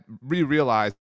re-realized